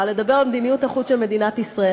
לדבר על מדיניות החוץ של מדינת ישראל.